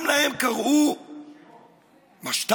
גם להם קראו משת"פים,